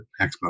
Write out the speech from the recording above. expo